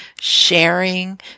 sharing